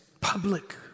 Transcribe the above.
public